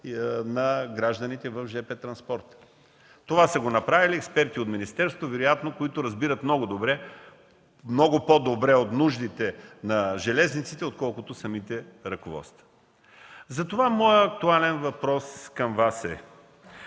на гражданите в жп транспорта. Това са го направили вероятно експерти от министерството, които разбират много по-добре от нуждите на железниците, отколкото самите ръководства. Затова моят актуален въпрос към Вас е: